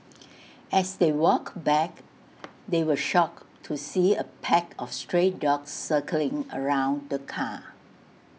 as they walked back they were shocked to see A pack of stray dogs circling around the car